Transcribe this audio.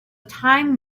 time